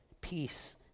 peace